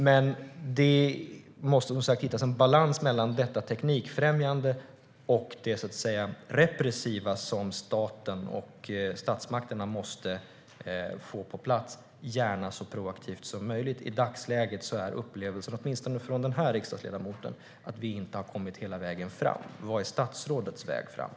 Men det måste hittas en balans mellan detta teknikfrämjande och det repressiva som staten och statsmakterna måste få på plats och som gärna ska vara så proaktivt som möjligt. I dagsläget är upplevelsen, åtminstone från den här riksdagsledamoten, att vi inte har kommit hela vägen fram. Vad är statsrådets väg framåt?